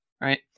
right